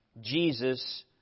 Jesus